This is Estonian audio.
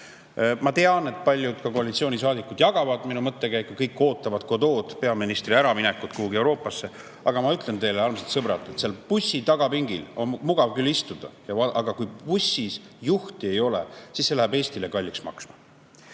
Ma tean, et paljud, ka koalitsioonisaadikud, jagavad minu mõttekäiku. Kõik ootavad Godot'd, peaministri äraminekut kuhugi Euroopasse. Aga ma ütlen teile, armsad sõbrad, seal bussi tagapingil on mugav küll istuda, aga kui bussis juhti ei ole, siis see läheb Eestile kalliks maksma. Nüüd